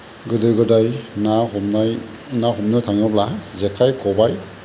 गोदो गोदाय ना हमनाय ना हमनो थाङोब्ला जेखाइ खबाय